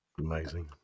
amazing